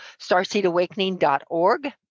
starseedawakening.org